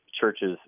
churches